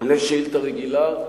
על שאילתא רגילה,